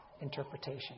interpretation